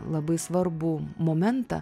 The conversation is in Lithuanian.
labai svarbų momentą